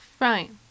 Right